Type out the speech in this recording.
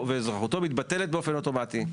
ואזרחותו מתבטלת באופן אוטומטי.